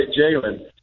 Jalen